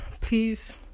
please